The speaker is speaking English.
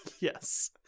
Yes